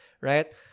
right